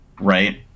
Right